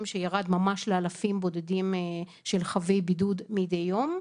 שירד ממש לאלפים בודדים של חייבי בידוד מדי יום.